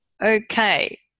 okay